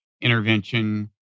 intervention